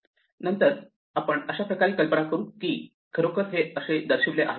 नंतर आपण अशाप्रकारे कल्पना करू की खरोखर हे असे दर्शवले आहे